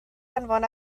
anfon